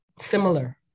similar